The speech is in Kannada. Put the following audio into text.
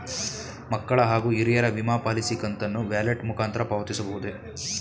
ಮಕ್ಕಳ ಹಾಗೂ ಹಿರಿಯರ ವಿಮಾ ಪಾಲಿಸಿ ಕಂತನ್ನು ವ್ಯಾಲೆಟ್ ಮುಖಾಂತರ ಪಾವತಿಸಬಹುದೇ?